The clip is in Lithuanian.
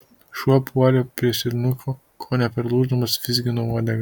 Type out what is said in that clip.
šuo puolė prie seniuko kone perlūždamas vizgino uodegą